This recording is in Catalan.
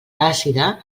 àcida